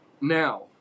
Now